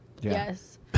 yes